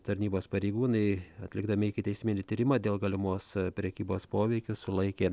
tarnybos pareigūnai atlikdami ikiteisminį tyrimą dėl galimos prekybos poveikiu sulaikė